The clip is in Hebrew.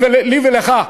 לי ולך.